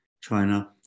China